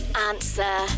Answer